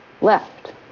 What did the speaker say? left